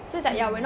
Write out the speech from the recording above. hmm